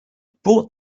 brought